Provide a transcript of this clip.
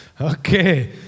Okay